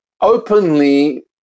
openly